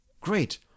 Great